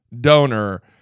donor